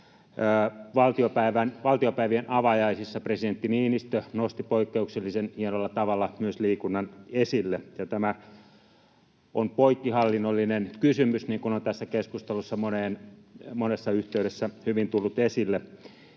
Valtiopäivien avajaisissa presidentti Niinistö nosti poikkeuksellisen hienolla tavalla myös liikunnan esille, ja tämä on poikkihallinnollinen kysymys, niin kuin on tässä keskustelussa monessa yhteydessä hyvin tullut esille.